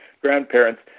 grandparents